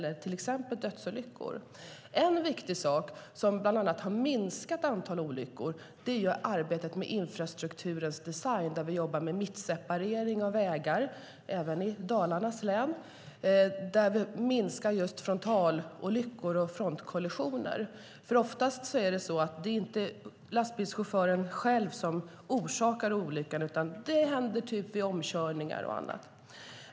En viktig sak som har minskat antalet olyckor är arbetet med infrastrukturens design där vi jobbar med mittseparering av vägar - även i Dalarnas län - och därmed minskar just frontalolyckor och frontkollisioner. Oftast är det nämligen inte lastbilschauffören själv som orsakar olyckan, utan det händer vid omkörningar och annat.